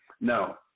No